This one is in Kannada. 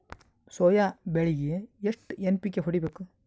ಸೊಯಾ ಬೆಳಿಗಿ ಎಷ್ಟು ಎನ್.ಪಿ.ಕೆ ಹೊಡಿಬೇಕು?